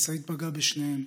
משאית פגעה בשניהם,